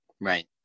right